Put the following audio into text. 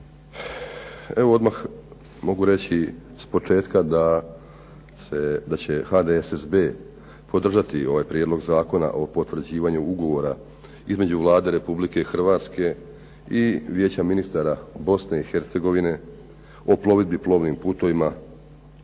Evo odmah mogu reći iz početka da se HDSSB podržati ovaj Prijedlog zakona o potvrđivanju Ugovora između Vlade Republike Hrvatske i Vijeća ministara Bosne i Hercegovine o plovidbi plovnim putovima unutarnjih